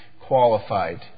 qualified